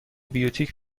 بیوتیک